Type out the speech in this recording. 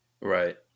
Right